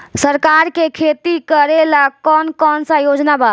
सरकार के खेती करेला कौन कौनसा योजना बा?